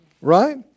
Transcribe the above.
Right